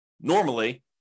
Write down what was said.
normally